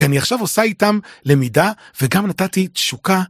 אני עכשיו עושה איתם למידה וגם נתתי תשוקה.